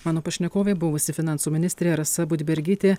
mano pašnekovė buvusi finansų ministrė rasa budbergytė